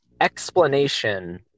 explanation